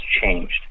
changed